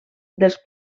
dels